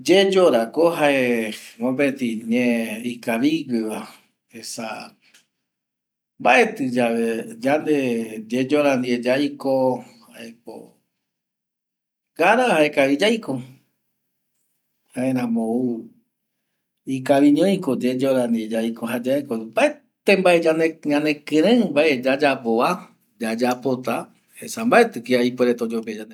Yeyora ko jae mopeti ñe ikavigueva, mbaeti yeyora ndie yaiko gara jaekavi yaiko, jaeramo ikaviñoiko ikavi yeyora ndie yaiko jaeyaeko ñande kirei vae yayapo yayapota esa mbaeti kia ipuere oyopia yandegüi